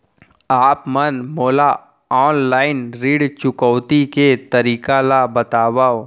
आप मन मोला ऑनलाइन ऋण चुकौती के तरीका ल बतावव?